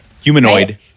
Humanoid